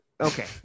okay